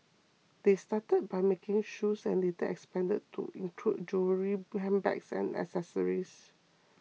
they started by making shoes and later expanded to include jewellery handbags and accessories